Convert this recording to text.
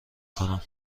کنم